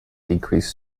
decrease